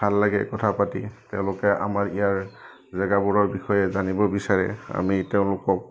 ভাল লাগে কথা পাতি তেওঁলোকে আমাৰ ইয়াৰ জেগাবোৰৰ বিষয়ে জানিব বিচাৰে আমি তেওঁলোকক